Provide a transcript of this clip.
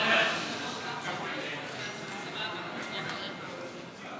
לקידום הבנייה במתחמים מועדפים לדיור